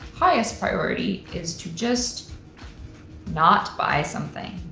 highest priority is to just not buy something.